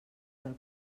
del